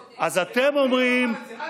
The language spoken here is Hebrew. נכון.